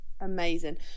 amazing